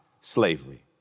slavery